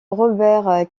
robert